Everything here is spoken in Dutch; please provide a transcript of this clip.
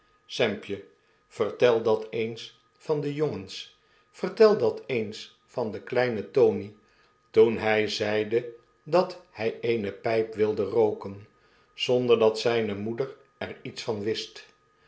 sampje vertel dat eens van de jongens vertel dat eens van kleinen tony toen hij zeide dat hij eene pyp wilde rooken zonder dat zyne moe'der er iets van wist